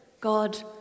God